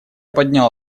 поднял